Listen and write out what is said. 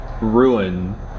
ruin